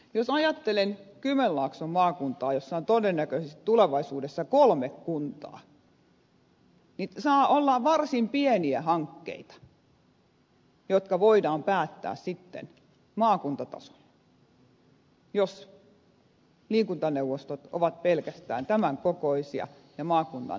jos ajattelen kymenlaakson maakuntaa jossa on todennäköisesti tulevaisuudessa kolme kuntaa niin saa olla varsin pieniä hankkeita jotka voidaan päättää sitten maakuntatasolla jos liikuntaneuvostot ovat pelkästään tämän kokoisia ja maakunnalle alisteisia